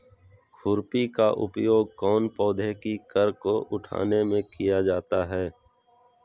खुरपी का उपयोग कौन पौधे की कर को उठाने में किया जाता है?